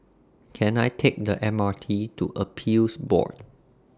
Can I Take The M R T to Appeals Board